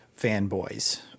fanboys